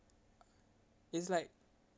it's like